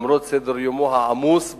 למרות סדר-יומו העמוס בוועדה,